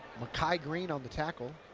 makai green on the tackle.